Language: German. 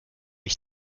mich